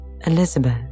Elizabeth